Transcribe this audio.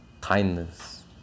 kindness